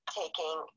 taking